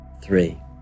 three